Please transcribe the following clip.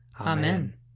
Amen